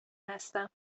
هستم